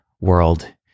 world